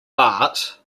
but